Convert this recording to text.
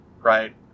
right